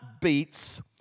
beats